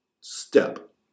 step